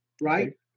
Right